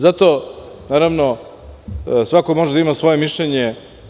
Zato, naravno, svako može da ima svoje mišljenje.